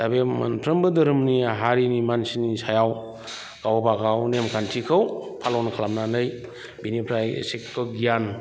दा बे मोनफ्रोमबो धोरोमनि हारिनि मानसिनि सायाव गावबागाव नेम खान्थिखौ फालन खालामनानै बेनिफ्राय एसेथ' गियान